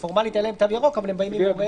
שפורמלית אין להם תו ירוק אבל הם באים עם הוריהם.